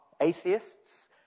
atheists